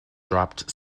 dropped